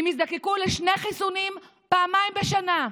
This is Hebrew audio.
הם יזדקקו לשני חיסונים פעמיים בשנה,